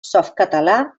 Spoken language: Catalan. softcatalà